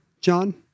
john